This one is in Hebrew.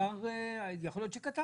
שהחוק